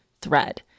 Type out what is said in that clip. THREAD